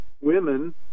women